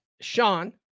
Sean